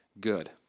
good